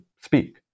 speak